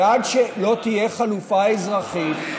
ועד שלא תהיה חלופה אזרחית,